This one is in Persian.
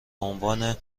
عنوان